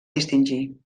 distingir